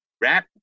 wrap